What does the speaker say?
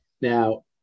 Now